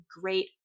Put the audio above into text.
great